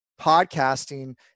podcasting